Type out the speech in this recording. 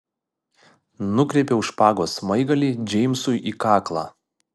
nukreipiau špagos smaigalį džeimsui į kaklą